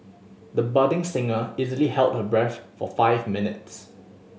the budding singer easily held her breath for five minutes